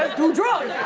ah do drugs!